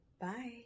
Bye